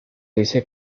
dice